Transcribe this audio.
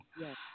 Yes